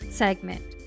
segment